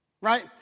Right